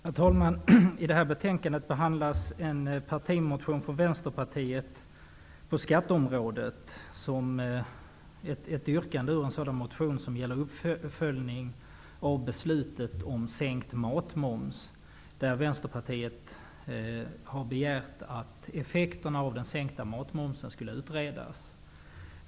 Herr talman! I betänkande NU3 behandlas en partimotion på skatteområdet från Vänsterpartiet. I motionen finns ett yrkande som gäller uppföljning av beslutet om sänkt matmoms. Vänsterpartiet har begärt att effekterna av den sänkta matmomsen skall utredas.